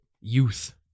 youth